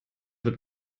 wird